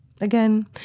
Again